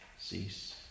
cease